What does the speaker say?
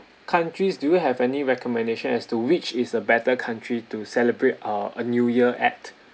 countries do you have any recommendation as to which is a better country to celebrate uh a new year at